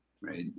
right